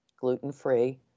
gluten-free